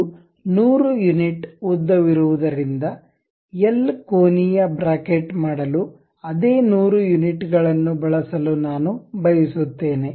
ಇದು 100 ಯುನಿಟ್ ಉದ್ದವಿರುವುದರಿಂದ ಎಲ್1 ಕೋನೀಯ ಬ್ರಾಕೆಟ್ ಮಾಡಲು ಅದೇ 100 ಯುನಿಟ್ ಗಳನ್ನು ಬಳಸಲು ನಾನು ಬಯಸುತ್ತೇನೆ